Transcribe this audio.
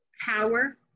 power